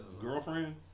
Girlfriend